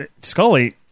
Scully